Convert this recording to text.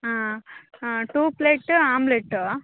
ಹಾಂ two plate omelette